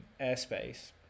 airspace